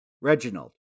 Reginald